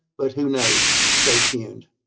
but who knows? stay tuned.